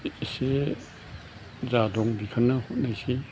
एसे जा दं बिखौनो हरनायसै